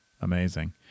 Amazing